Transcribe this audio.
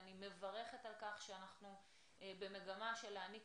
ואני מברכת על כך שאנחנו במגמה של להעניק